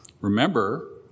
Remember